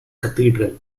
cathedral